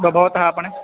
ब भवतः आपणे